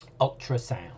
Ultrasound